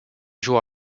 jours